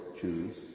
choose